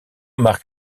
marc